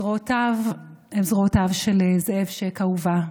"זרועותיך" הם זרועותיו של זאב ש"ק, אהובה,